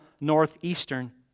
northeastern